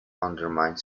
undermine